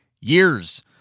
Years